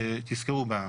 תזכרו,